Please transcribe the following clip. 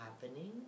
happening